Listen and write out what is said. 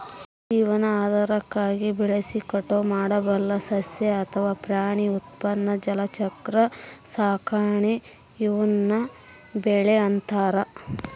ಜೀವನಾಧಾರಕ್ಕಾಗಿ ಬೆಳೆಸಿ ಕಟಾವು ಮಾಡಬಲ್ಲ ಸಸ್ಯ ಅಥವಾ ಪ್ರಾಣಿ ಉತ್ಪನ್ನ ಜಲಚರ ಸಾಕಾಣೆ ಈವ್ನ ಬೆಳೆ ಅಂತಾರ